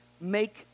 make